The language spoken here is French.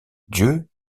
dieu